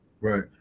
Right